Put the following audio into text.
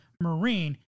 Marine